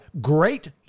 Great